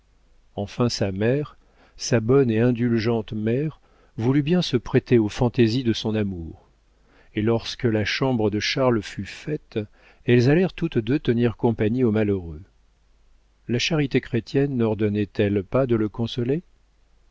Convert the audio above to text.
enfin sa mère sa bonne et indulgente mère voulut bien se prêter aux fantaisies de son amour et lorsque la chambre de charles fut faite elles allèrent toutes deux tenir compagnie au malheureux la charité chrétienne nordonnait elle pas de le consoler